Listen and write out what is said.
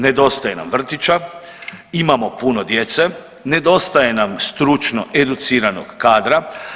Nedostaje nam vrtića, imamo puno djece, nedostaje nam stručno educiranog kadra.